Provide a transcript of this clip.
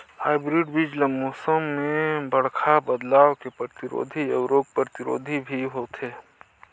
hybrid बीज ल मौसम में बड़खा बदलाव के प्रतिरोधी अऊ रोग प्रतिरोधी भी होथे